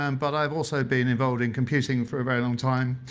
um but i've also been involved in computing for a very long time.